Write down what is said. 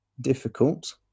difficult